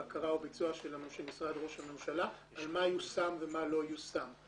בקרה וביצוע של אנשי משרד ראש הממשלה על מה יושם ומה לא יושם.